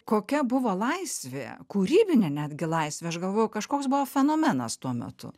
kokia buvo laisvė kūrybinė netgi laisvė aš galvoju kažkoks buvo fenomenas tuo metu